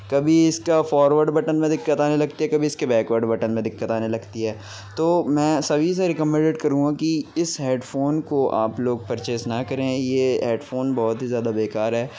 کبھی اس کا فارورڈ بٹن میں دقت آنے لگتی ہے کبھی اس کے بیکورڈ بٹن میں دقت آنے لگتی ہے تو میں سبھی سے ریکمینڈڈ کروں گا کہ اس ہیڈ فون کو آپ لوگ پرچیز نہ کریں یہ ہیڈ فون بہت ہی زیادہ بے کار ہے